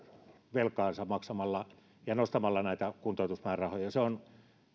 velkaansa nostamalla näitä kuntoutusmäärärahoja se on